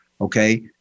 okay